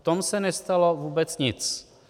V tom se nestalo vůbec nic.